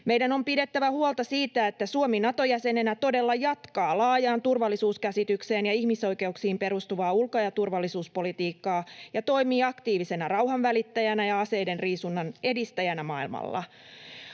Meidän on pidettävä huolta siitä, että Suomi Nato-jäsenenä todella jatkaa laajaan turvallisuuskäsitykseen ja ihmisoikeuksiin perustuvaa ulko- ja turvallisuuspolitiikkaa ja toimii aktiivisena rauhanvälittäjänä ja aseidenriisunnan edistäjänä maailmalla.